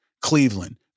Cleveland